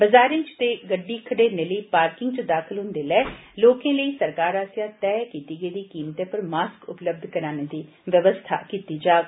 बजारे च ते गड्डी खडेरने लेई पार्किंग च दाखल होंदे बेल्लै लोकें लेई सरकार आस्सेआ तैह् कीती गेदी कीमतै पर मास्क उपलब्ध कराने दी बवस्था कीती जाग